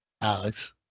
Alex